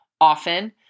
often